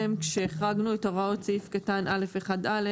כשהחרגנו את הוראות סעיף קטן (א)(1א),